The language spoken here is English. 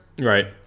Right